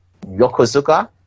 Yokozuka